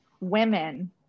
women